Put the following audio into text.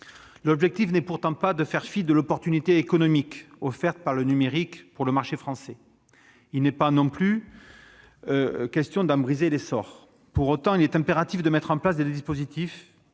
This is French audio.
L'objectif n'est pourtant pas de faire fi de l'opportunité économique offerte par le numérique au marché français. Il n'est pas non plus question d'en brider l'essor. Pour autant, il est impératif de mettre en place des dispositifs